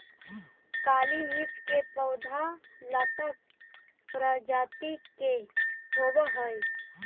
काली मिर्च के पौधा लता प्रजाति के होवऽ हइ